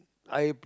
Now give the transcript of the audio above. I